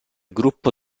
gruppo